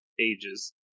Ages